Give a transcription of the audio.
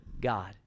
God